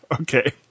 Okay